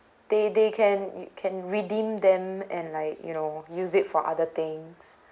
they they can can redeem them and like you know use it for other things